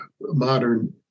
modern